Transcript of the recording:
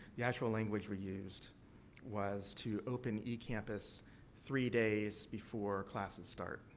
the actual language we used was to open ecampus three days before classes start.